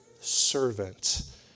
Servant